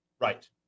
Right